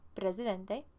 presidente